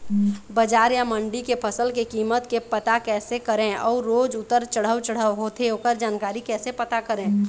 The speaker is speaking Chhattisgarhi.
बजार या मंडी के फसल के कीमत के पता कैसे करें अऊ रोज उतर चढ़व चढ़व होथे ओकर जानकारी कैसे पता करें?